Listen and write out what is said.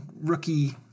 rookie